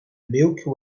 milky